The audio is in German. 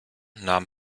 nahm